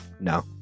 No